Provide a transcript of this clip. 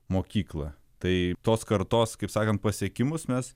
mokyklą tai tos kartos kaip sakant pasiekimus mes